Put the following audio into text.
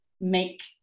make